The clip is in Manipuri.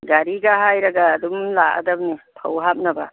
ꯒꯥꯔꯤꯒ ꯍꯥꯏꯔꯒ ꯑꯗꯨꯝ ꯂꯥꯛꯑꯗꯕꯅꯤ ꯐꯧ ꯍꯥꯞꯅꯕ